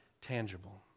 tangible